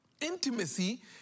Intimacy